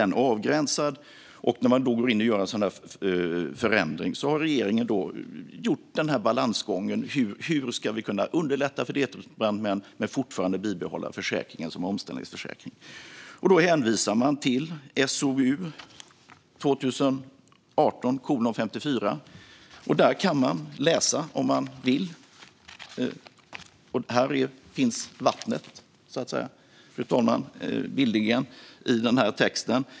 Detta är avgränsat, och när regeringen nu gör en förändring har det handlat om den balansgången: Hur ska vi kunna underlätta för deltidsbrandmän men fortfarande bibehålla försäkringen som omställningsförsäkring? Då hänvisar man till SOU 2018:54. Där kan man läsa, om man vill. I den texten finns, bildligt talat, vattnet, fru talman.